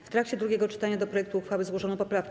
W trakcie drugiego czytania do projektu uchwały złożono poprawkę.